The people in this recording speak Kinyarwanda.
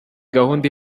gahunda